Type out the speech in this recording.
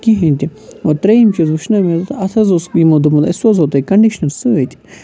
کِہیٖنۍ تہِ وۄنۍ ترٛیٚیِم چیٖز وُچھ نہ مےٚ اَتھ اَتھ حظ اوس یِمو دوٚپمُت أسۍ سوزو تۄہہِ کَنڈِشنر سۭتۍ